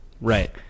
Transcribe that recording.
right